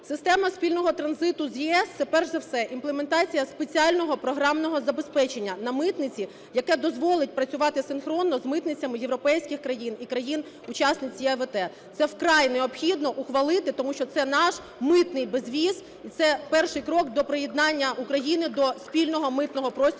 Система спільного транзиту з ЄС – це перш за все імплементація спеціального програмного забезпечення на митниці, яке дозволить працювати синхронно з митницями європейських країн і країн-учасниць ЄАВТ. Це вкрай необхідно ухвалити, тому що це наш митний безвіз і це перший крок до приєднання України до спільного митного простору